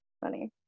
funny